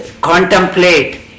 contemplate